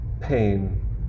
pain